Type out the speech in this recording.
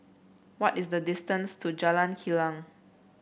what is the distance to Jalan Kilang